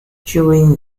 during